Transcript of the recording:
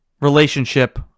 relationship